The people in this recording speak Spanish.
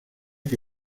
que